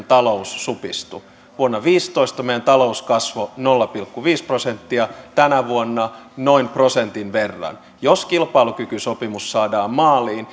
talous supistui vuonna viisitoista meidän talous kasvoi nolla pilkku viisi prosenttia tänä vuonna noin prosentin verran jos kilpailukykysopimus saadaan maaliin